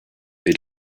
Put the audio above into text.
they